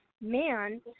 man